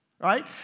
right